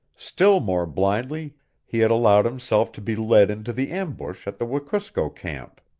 still more blindly he had allowed himself to be led into the ambush at the wekusko camp.